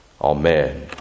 Amen